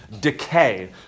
decay